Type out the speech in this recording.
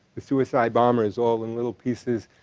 the suicide bomber is all in little pieces,